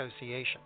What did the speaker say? Association